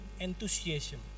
enthusiasm